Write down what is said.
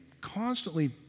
constantly